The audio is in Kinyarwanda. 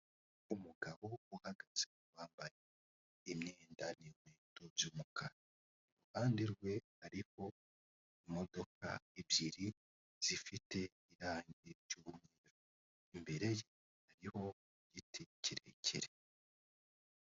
Umugabo uhagaze wambaye imyenda n'inkweto by'umukara, iruhande rwe kari imodoka ebyiri zifite irangi ry'umukara imbere ye hariho igiti kirekire.